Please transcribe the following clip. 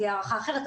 תהיה הערכה אחרת,